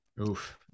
Oof